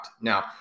Now